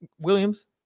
Williams